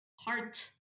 heart